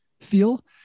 feel